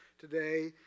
today